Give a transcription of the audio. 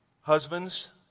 Husbands